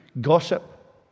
gossip